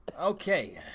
Okay